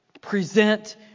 present